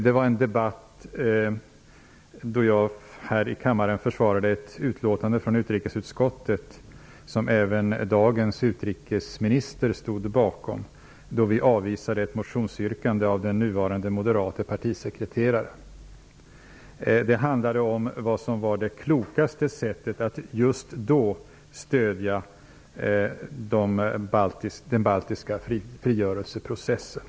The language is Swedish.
Det var en debatt då jag här i kammaren försvarade ett utlåtande från utrikesutskottet, som även dagens utrikesminister stod bakom. Vi avvisade ett motionsyrkande av den nuvarande moderate partisekreteraren. Det handlade om vad som var det klokaste sättet att just då stödja den baltiska frigörelseprocessen.